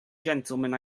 gentlemen